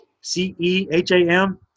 C-E-H-A-M